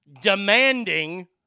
demanding